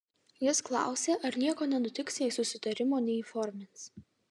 jis klausė ar nieko nenutiks jei susitarimo neįformins